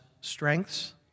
strengths